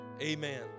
Amen